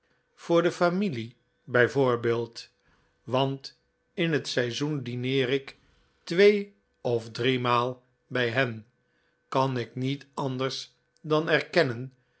voor de familie bijvoorbeeld want in het seizoen dineer ik twee of driemaal bij hen kan ik niet anders dan erkennen